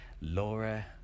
Laura